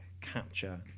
capture